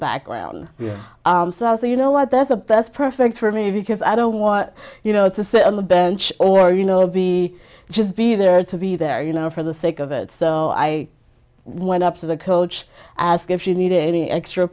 background you know what that's a that's perfect for me because i don't want you know to sit on the bench or you know be just be there or to be there you know for the sake of it so i went up to the coach ask if he needed any extra